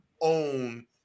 own